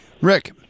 Rick